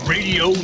Radio